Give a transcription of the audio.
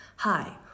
Hi